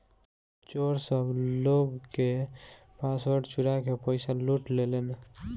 चोर सब लोग के पासवर्ड चुरा के पईसा लूट लेलेन